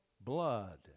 blood